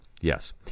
Yes